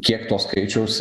kiek to skaičiaus